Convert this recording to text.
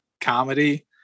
comedy